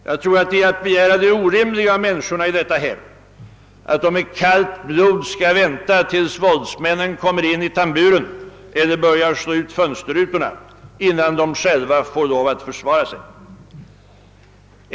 Jag tror det är att begära det orimliga av människorna i dessa hem att de med kallt blod skall vänta tills våldsmännen kommer in i tamburen eller börjar slå in fönsterrutorna och inte förrän då få lov att försvara sig.